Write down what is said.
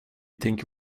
tänker